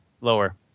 Lower